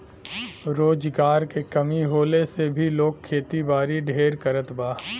रोजगार के कमी होले से भी लोग खेतीबारी ढेर करत बा